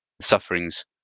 sufferings